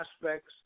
aspects